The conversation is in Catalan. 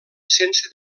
sense